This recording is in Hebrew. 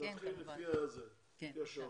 אתם רוצים לומר משהו?